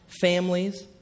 families